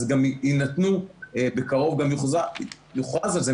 אז גם יינתנו בקרוב גם יוכרז על זה,